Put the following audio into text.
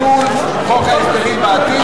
משמעותן ביטול חוק ההסדרים בעתיד,